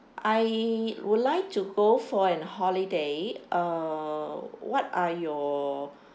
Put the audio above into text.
I would like to go for a holiday uh what are your